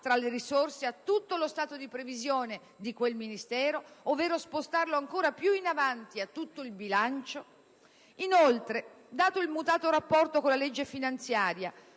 tra le risorse a tutto lo stato di previsione di quel Ministero, ovvero spostarlo ancora più in avanti a tutto il bilancio? Inoltre, dato il mutato rapporto con la legge finanziaria